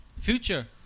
Future